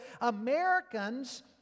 Americans